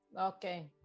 okay